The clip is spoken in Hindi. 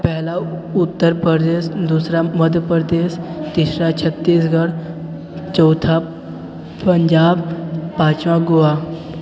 पहला उत्तर प्रदेश दूसरा मध्य प्रदेश तीसरा छत्तीसगढ़ चौथा पंजाब पाँचवा गोवा